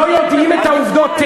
לא יודעים את העובדות.